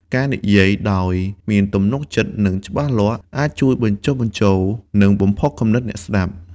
ការនិយាយដោយមានទំនុកចិត្ត និងច្បាស់លាស់ អាចជួយបញ្ចុះបញ្ចូល និងបំផុសគំនិតអ្នកស្តាប់។